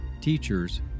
teachers